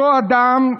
אותו אדם הזוי,